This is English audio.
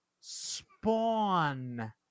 spawn